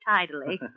tidily